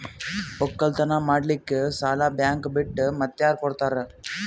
ಒಕ್ಕಲತನ ಮಾಡಲಿಕ್ಕಿ ಸಾಲಾ ಬ್ಯಾಂಕ ಬಿಟ್ಟ ಮಾತ್ಯಾರ ಕೊಡತಾರ?